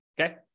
Okay